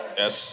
yes